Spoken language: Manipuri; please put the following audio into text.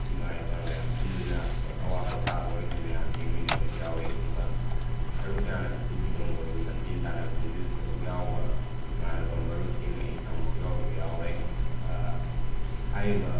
ꯏꯃꯥ ꯏꯄꯥ ꯃꯌꯥꯝ ꯄꯨꯟꯗꯨꯅ ꯑꯋꯥ ꯄꯣꯊꯥꯕ ꯑꯣꯏꯅ ꯃꯌꯥꯝ ꯌꯦꯡꯃꯤꯟꯅꯕ ꯌꯥꯎꯏ ꯑꯗꯨꯒ ꯁꯔꯨꯛ ꯌꯥꯅ ꯍꯩꯀꯨ ꯍꯤꯗꯣꯡꯕꯗꯨ ꯂꯝꯖꯦꯟ ꯇꯥꯟꯅꯕꯗꯨꯁꯨ ꯁꯥꯔꯨꯛ ꯌꯥꯎꯕ ꯏꯃꯥꯟꯅꯕ ꯃꯔꯨꯞꯁꯤꯡ ꯑꯩ ꯏꯁꯥꯃꯛꯁꯨ ꯌꯥꯎꯔꯨꯕ ꯌꯥꯎꯔꯦ ꯍꯥꯏꯔꯤꯕ